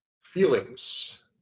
feelings